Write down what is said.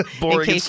Boring